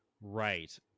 Right